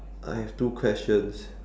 I have two questions